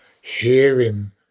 hearing